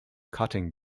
cutting